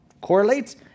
correlates